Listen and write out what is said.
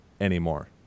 anymore